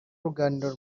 uruganiriro